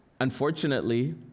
Unfortunately